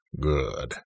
Good